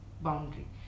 boundary